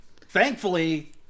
thankfully